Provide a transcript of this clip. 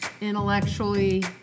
intellectually